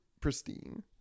pristine